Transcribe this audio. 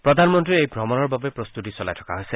প্ৰধানমন্ত্ৰীৰ এই ভ্ৰমণৰ বাবে প্ৰস্ততি চলাই থকা আছে